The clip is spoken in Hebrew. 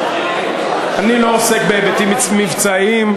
אני לא עוסק בהיבטים מבצעיים,